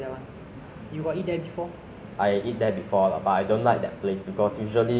is is cheap lah and then is a lot of a lot of stores there's way more than 茨园